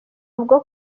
ubwo